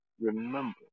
remember